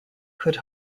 could